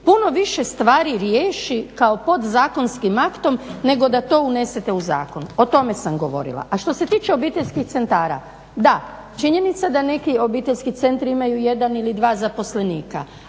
puno više stvari riješi kao podzakonskim aktom nego da to unesete u zakon, o tome sam govorila. A što se tiče obiteljskih centara, da, činjenica da neki obiteljski centri imaju jedan ili dva zaposlenika